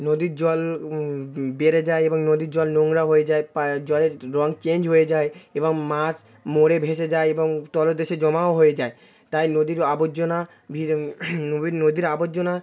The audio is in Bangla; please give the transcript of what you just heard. নদীর জল বেড়ে যায় এবং নদীর জল নোংরা হয়ে যায় জলের রঙ চেঞ্জ হয়ে যায় এবং মাছ মরে ভেসে যায় এবং তলদেশে জমাও হয়ে যায় তাই নদীর আবর্জনা ওই নদীর আবর্জনা